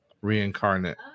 Reincarnate